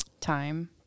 time